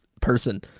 person